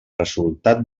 resultat